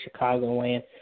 Chicagoland